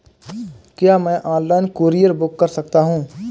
क्या मैं online courier book कर सकता हूँ?